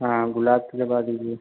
हाँ गुलाब के लगवा दीजिए